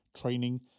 training